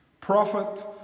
prophet